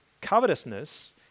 covetousness